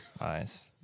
Nice